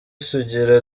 sugira